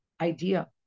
idea